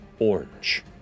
orange